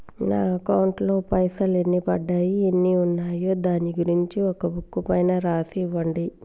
నా అకౌంట్ లో పైసలు ఎన్ని పడ్డాయి ఎన్ని ఉన్నాయో దాని గురించి ఒక బుక్కు పైన రాసి ఇవ్వండి?